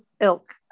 ilk